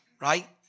right